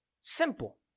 Simple